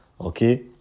Okay